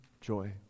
joy